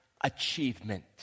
achievement